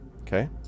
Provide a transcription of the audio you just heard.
Okay